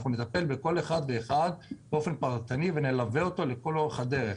אנחנו נטפל בכל אחד ואחד באופן פרטני ונלווה אותו לכל אורך הדרך.